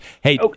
Hey